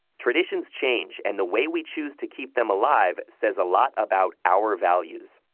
traditions change, and the way we choose to keep them alive says a lot about our values.